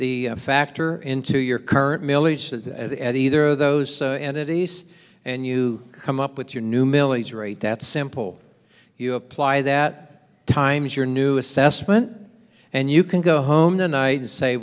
factor into your current milly's either of those entities and you come up with your new milly's rate that simple you apply that time as your new assessment and you can go home tonight and say